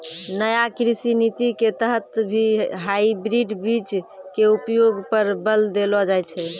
नया कृषि नीति के तहत भी हाइब्रिड बीज के उपयोग पर बल देलो जाय छै